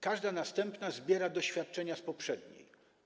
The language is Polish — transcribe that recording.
Każda następna zbiera doświadczenia poprzedniej.